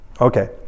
Okay